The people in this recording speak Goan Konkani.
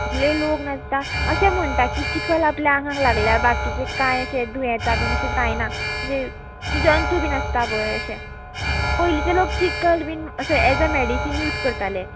कितले लोक नाचता अशें म्हणटा की चिकल आपल्या आंगांक लागल्या बाकीचे कांय अशें दुयेंतां बी अशें जायना म्हणजे जंतू बी नासता पळय अशें पयलींचे लोक चिकल बीन अशे एज अ मॅडिसीन यूज करताले